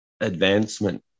advancement